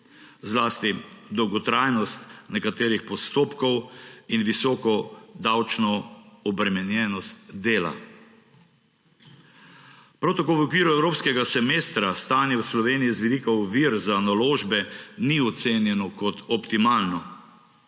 zlasti dolgotrajnost nekaterih postopkov in visoko davčno obremenjenost dela. Prav tako v okviru evropskega semestra stanje v Sloveniji z vidika ovir za naložbe ni ocenjeno kot optimalno.